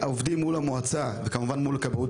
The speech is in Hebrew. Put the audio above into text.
אנחנו עובדים מול המועצה ומול כבאות